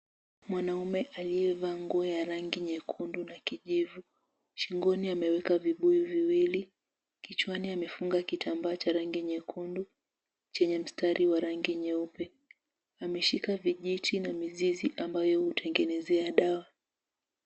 Mwanaume aliyevaa nguo ya rangi nyekundu na kijivu. Shingoni ameweka vibuyu viwili kichwani amefunga kitambaa cha rangi nyekundu chenye mstari wa rangi nyeupe. Ameshika vijiti na mizizi ambazo hutengenezea dawa.